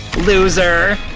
loser!